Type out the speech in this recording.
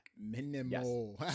Minimal